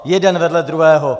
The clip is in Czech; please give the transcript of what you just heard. Jeden vedle druhého!